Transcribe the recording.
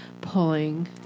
pulling